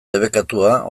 debekatua